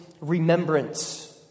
remembrance